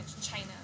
China